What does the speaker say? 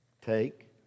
take